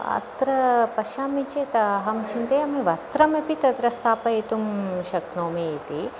अत्र पश्यामि चेत् अहं चिन्तयामि वस्त्रम् अपि तत्र स्थापयितुं शक्नोमि इति